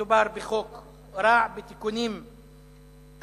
שמדובר בחוק רע, בתיקונים אנטי-אזרחיים,